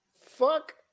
fuck